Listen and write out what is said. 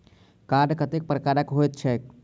Card कतेक प्रकारक होइत छैक?